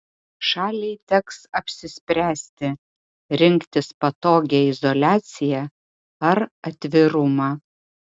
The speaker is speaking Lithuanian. šaliai teks apsispręsti rinktis patogią izoliaciją ar atvirumą